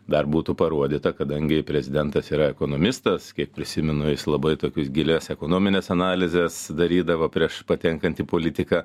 dar būtų parodyta kadangi prezidentas yra ekonomistas kiek prisimenu jis labai tokius gilias ekonomines analizes darydavo prieš patenkant į politiką